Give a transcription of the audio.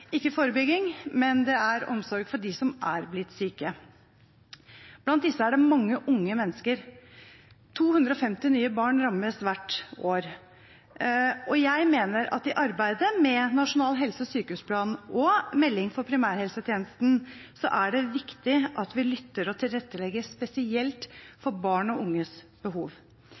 ikke forebygging, men det er omsorg for dem som er blitt syke. Blant disse er det mange unge mennesker. Nye 250 barn rammes hvert år. Jeg mener at i arbeidet med nasjonal helse- og sykehusplan og med meldingen for primærhelsetjenesten er det viktig at vi lytter og tilrettelegger spesielt for barn og unges behov.